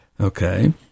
Okay